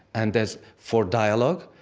and there's for dialogue,